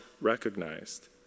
recognized